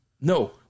No